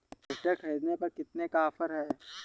Harvester ख़रीदने पर कितनी का ऑफर है?